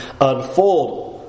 unfold